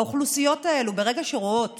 האוכלוסיות האלו, ברגע שרואות